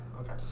okay